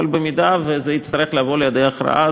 אבל אם זה יצטרך לבוא לידי הכרעה,